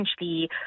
essentially